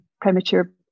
premature